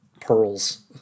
pearls